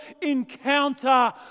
encounter